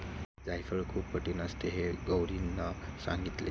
जायफळ खूप कठीण असते हे गौरीने सांगितले